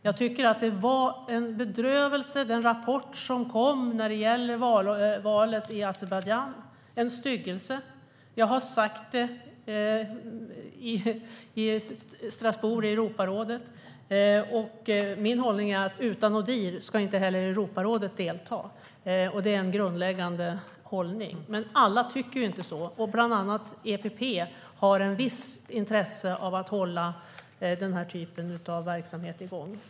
Jag tycker att den rapport som kom om valet i Azerbajdzjan var en bedrövelse. Det var en styggelse. Jag har sagt det i Europarådet i Strasbourg. Min hållning är att utan Odihr ska heller inte Europarådet delta. Det är en grundläggande hållning. Men alla tycker inte så, däribland EPP, som har ett visst intresse av att hålla den här typen av verksamhet igång.